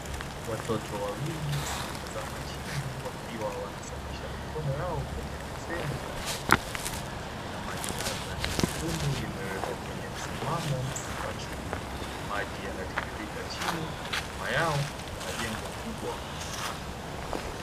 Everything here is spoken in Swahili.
Watoto wawili wanatazama chini wakiwa wanasafisha mikono yao kwenye beseni la maji. Beseni la maji la rangi nyekundu limewekwa kwenye msimamo wa chuma. Maji yanatiririka chini nyuma yao kuna jengo kubwa.